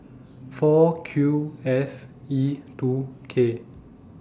four Q F E two K